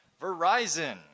Verizon